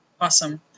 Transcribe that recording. Awesome